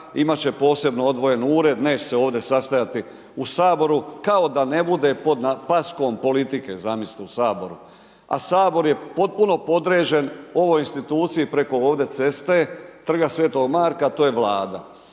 imati će posebno odvojen ured, neće se ovdje sastajati u Saboru, kao da ne bude pod paskom politike, zamislite u Saboru, a Sabor je potpuno podređen ovoj instituciji preko ovdje ceste, Trga Sv. Marka, to je Vlada,